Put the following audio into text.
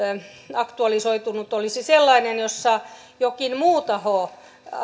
aktualisoitunut olisi sellainen jossa jokin muu taho